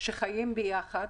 של אנשים שחיים ביחד,